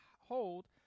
hold